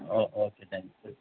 okay okay thank you